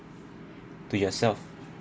to yourself